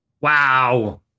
Wow